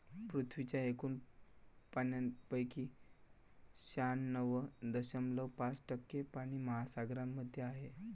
पृथ्वीच्या एकूण पाण्यापैकी शहाण्णव दशमलव पाच टक्के पाणी महासागरांमध्ये आहे